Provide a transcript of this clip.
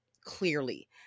clearly